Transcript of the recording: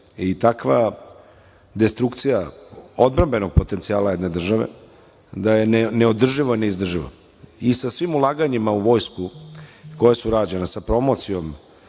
i takva destrukcija odbrambenog potencijala jedne države da je neodrživo održiva i sa svim ulaganjima u vojsku koje su rađene sa promocijom